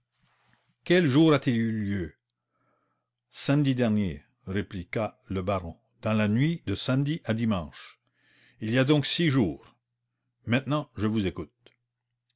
quel jour le vol a-t-il eu lieu samedi dernier répliqua le baron dans la nuit de samedi à dimanche il y a donc six jours maintenant je vous écoute